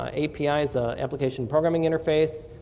ah api is ah application programming interface,